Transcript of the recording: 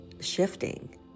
shifting